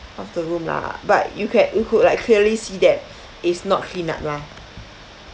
half the room lah but you can you could like clearly see that it's not cleaned up lah